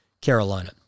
Carolina